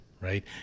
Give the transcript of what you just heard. right